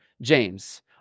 James